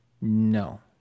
No